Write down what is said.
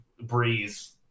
breeze